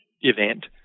event